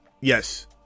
yes